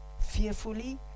fearfully